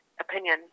opinion